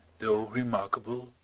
though remarkable,